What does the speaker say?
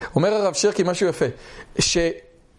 אומר הרב שירקי משהו יפה. ש...